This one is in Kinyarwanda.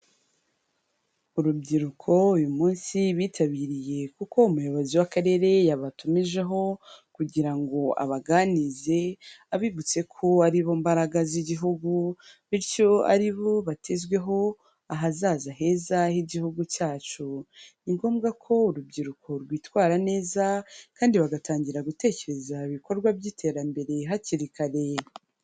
Urubyiruko uyu munsi bitabiriye kuko umuyobozi w'akarere yabatumijeho kugira ngo abaganirize abibutse ko ari bo mbaraga z'igihugu bityo aribo batezweho ahazaza heza h'igihugu cyacu. Ni ngombwa ko urubyiruko rwitwara neza kandi bagatangira gutekereza ibikorwa by'iterambere hakiri kare.